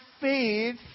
faith